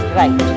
right